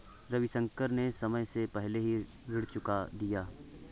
रविशंकर ने समय से पहले ही ऋण चुका दिया